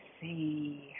see